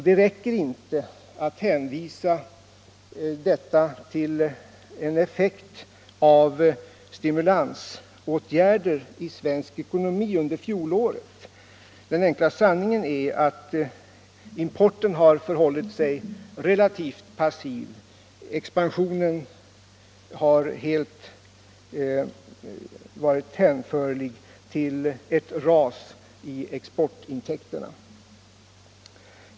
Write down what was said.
Då räcker det inte att tala om en effekt av stimulansåtgärder i svensk ekonomi under fjolåret. Den enkla sanningen är att importen har förhållit sig relativt passiv. Det så snabbt ökade underskottet har helt varit hänförligt till ett ras i exportintäkterna.